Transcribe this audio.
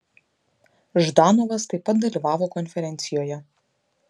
ždanovas taip pat dalyvavo konferencijoje